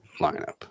lineup